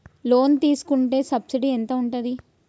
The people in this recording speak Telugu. లోన్ తీసుకుంటే సబ్సిడీ ఎంత ఉంటది?